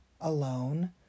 alone